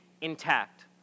intact